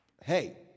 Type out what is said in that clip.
Hey